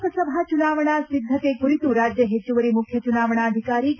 ಲೋಕಸಭಾ ಚುನಾವಣಾ ಸಿದ್ದತೆ ಕುರಿತು ರಾಜ್ಯ ಹೆಚ್ಚುವರಿ ಮುಖ್ಯ ಚುನಾವಣಾಧಿಕಾರಿ ು ಕೆ